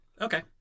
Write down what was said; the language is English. Okay